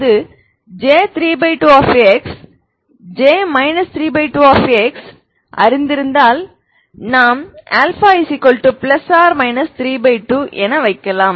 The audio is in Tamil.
எனவே J32 x J 32 xஅறிந்திருந்தால் நான்α±32என வைக்கலாம்